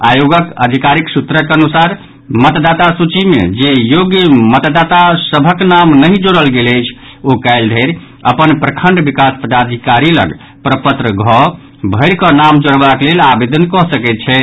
आयोगक अधिकारिक सूत्रक अनुसार मतदाता सूची मे जे योग्य मतदाता सभक नाम नहि जोड़ल गेल अछि ओ काल्हि धरि अपन प्रखंड विकास पदाधिकारी लऽग प्रपत्र घ भरि कऽ नाम जोड़बाक लेल आवेदन कऽ सकैत छथि